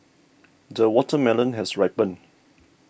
the watermelon has ripened